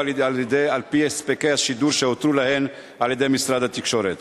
על-פי הספקי השידור שהותרו לה על-ידי משרד התקשורת.